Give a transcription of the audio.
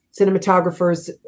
cinematographers